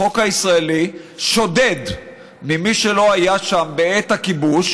החוק הישראלי, שודד ממי שלא היה שם בעת הכיבוש